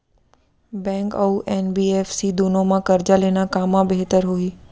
Bank अऊ NBFC दूनो मा करजा लेना कामा बेहतर होही?